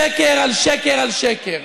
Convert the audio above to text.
שקר על שקר על שקר.